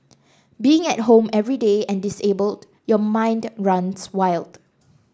being at home every day and disabled your mind runs wild